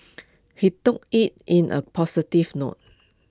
he took IT in A positive note